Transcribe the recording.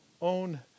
own